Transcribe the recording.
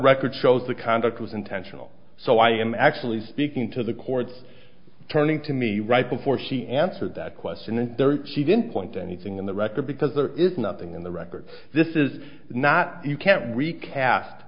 record shows the conduct was intentional so i am actually speaking to the court's turning to me right before she answered that question and she didn't point to anything in the record because there is nothing in the record this is not you can't recast